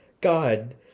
God